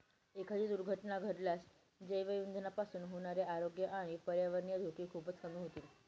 एखादी दुर्घटना घडल्यास जैवइंधनापासून होणारे आरोग्य आणि पर्यावरणीय धोके खूपच कमी होतील